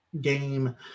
game